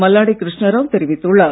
மல்லாடி கிருஷ்ணாராவ் தெரிவித்துள்ளார்